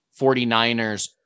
49ers